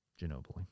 Ginobili